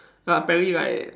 like apparently like